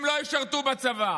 הם לא ישרתו בצבא,